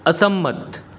અસંમત